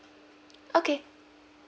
okay